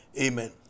Amen